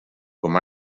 com